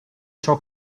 ciò